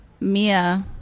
mia